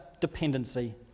dependency